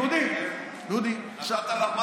נתת לו קצת מהכסף?